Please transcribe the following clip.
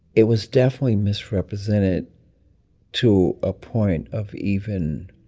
it was definitely misrepresented to a point of even